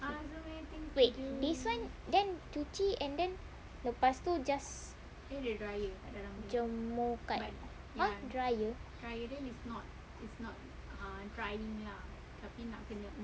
wait this [one] then cuci and then lepas tu just jemur kat !huh! dryer